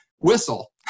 whistle